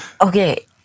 Okay